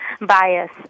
bias